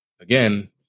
again